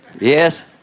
Yes